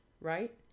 right